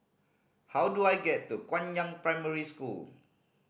how do I get to Guangyang Primary School